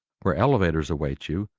where elevators await you,